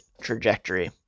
trajectory